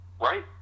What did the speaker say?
Right